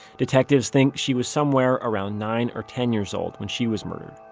detectives think she was somewhere around nine or ten years old when she was murdered